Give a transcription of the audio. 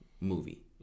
movie